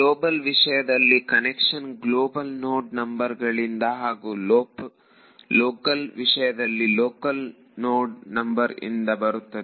global ವಿಷಯದಲ್ಲಿ convention global node number ಗಳಿಂದ ಹಾಗೂ ಲೋಕಲ್ ವಿಷಯದಲ್ಲಿ ಲೋಕಲ್ ನೋಡ್ ನಂಬರ್ ಇಂದ ಬರುತ್ತದೆ